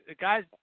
guys